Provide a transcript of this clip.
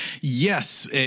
Yes